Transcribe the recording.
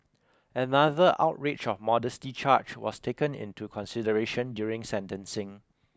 another outrage of modesty charge was taken into consideration during sentencing